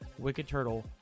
WICKEDTURTLE